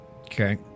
Okay